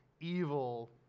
evil